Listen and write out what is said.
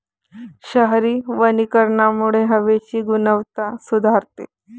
शहरी वनीकरणामुळे हवेची गुणवत्ता सुधारते